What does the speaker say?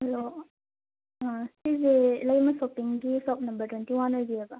hello ꯁꯤꯁꯦ ꯂꯩꯃ ꯁꯣꯞꯄꯤꯡꯒꯤ ꯁꯣꯞ ꯅꯝꯕꯔ ꯇ꯭ꯋꯦꯟꯇꯤ ꯋꯥꯟ ꯑꯣꯏꯕꯤꯔꯕꯣ